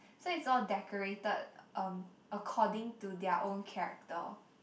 so it's all decorated um according to their own character